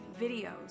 videos